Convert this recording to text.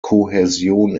kohäsion